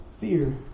fear